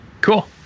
Cool